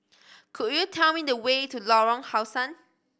could you tell me the way to Lorong How Sun